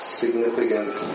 significant